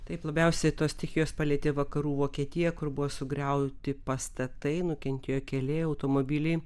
taip labiausiai tos stichijos palietė vakarų vokietiją kur buvo sugriauti pastatai nukentėjo keli automobiliai